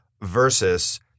versus